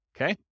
Okay